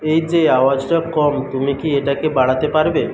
এই যে আওয়াজটা কম তুমি কি এটাকে বাড়াতে পারবে